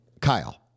kyle